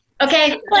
okay